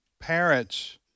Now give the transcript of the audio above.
parents